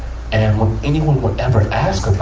and when anyone would ever ask